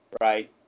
right